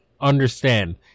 understand